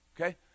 okay